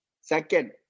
second